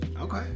Okay